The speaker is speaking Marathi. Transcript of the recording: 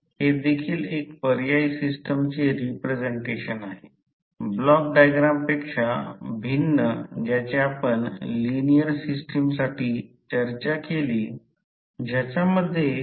तर त्या स्थितीत H काय होईल मॅग्नेटिक फिल्ड स्ट्रेंथ H चे मूल्य वाढते आणि संबंधित फ्लक्स डेन्सिटी B मोजली म्हणजे याचा अर्थ आता H मूल्य वाढत आहे